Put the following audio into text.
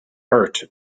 hurt